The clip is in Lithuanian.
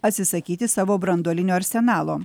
atsisakyti savo branduolinio arsenalo